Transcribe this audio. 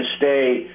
stay